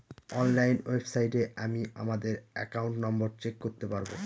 online ওয়েবসাইটে আমি আমাদের একাউন্ট নম্বর চেক করতে পারবো